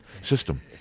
system